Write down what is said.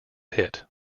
hit